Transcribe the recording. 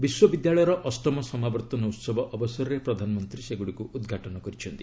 ବିଶ୍ୱବିଦ୍ୟାଳୟର ଅଷ୍ଟମ ସମାବର୍ତ୍ତନ ଉହବ ଅବସରରେ ପ୍ରଧାନମନ୍ତ୍ରୀ ସେଗୁଡ଼ିକୁ ଉଦ୍ଘାଟନ କରିଛନ୍ତି